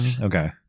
Okay